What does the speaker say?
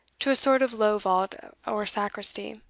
to a sort of low vault or sacristy.